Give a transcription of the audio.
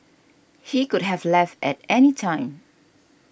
he could have left at any time